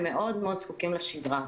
הם זקוקים מאוד לשגרה.